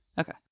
Okay